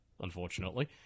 unfortunately